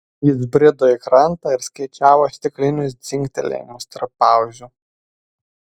jis brido į krantą ir skaičiavo stiklinius dzingtelėjimus tarp pauzių